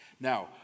Now